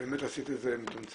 באמת עשית את זה מתומצת,